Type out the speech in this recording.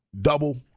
double